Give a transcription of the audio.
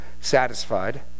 satisfied